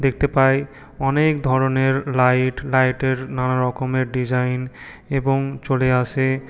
দেখতে পাই অনেক ধরনের লাইট লাইটের নানারকমের ডিজাইন এবং চলে আসে